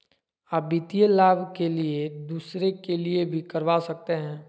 आ वित्तीय लाभ के लिए दूसरे के लिए भी करवा सकते हैं?